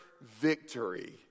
victory